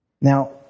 Now